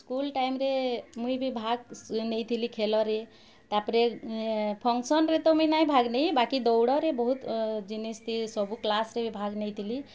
school ଟାଇମ୍ରେ ମୁଇଁ ବି ଭାଗ୍ ନେଇଥିଲି ଖେଲରେ ତା'ପରେ ଫଙ୍କ୍ସନ୍ରେ ତ ମୁଇଁ ନାଇଁ ଭାଗ୍ ନେଇ ବାକି ଦୌଡ଼ରେ ବହୁତ୍ ଜିନିଷ୍ ସବୁ କ୍ଲାସ୍ରେ ବି ଭାଗ୍ ନେଇଥିଲି